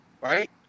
right